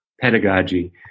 pedagogy